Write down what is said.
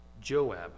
Joab